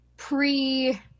Pre